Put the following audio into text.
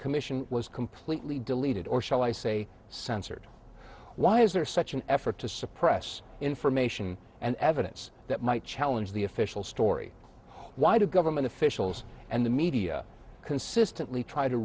commission was completely deleted or shall i say censored why is there such an effort to suppress information and evidence that might challenge the official story why do government officials and the media consistently try to